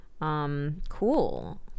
Cool